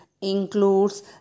includes